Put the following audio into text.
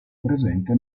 presente